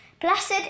Blessed